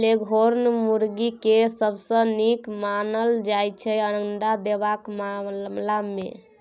leghorn मुरगी केँ सबसँ नीक मानल जाइ छै अंडा देबाक मामला मे